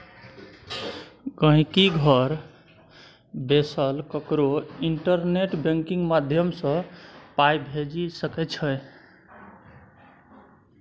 गांहिकी घर बैसल ककरो इंटरनेट बैंकिंग माध्यमसँ पाइ भेजि सकै छै